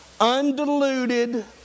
undiluted